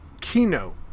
keynote